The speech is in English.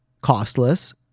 costless